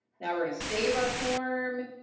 now we're gonna save our form,